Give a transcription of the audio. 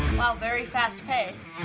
wow, very fast paced.